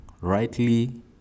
rightly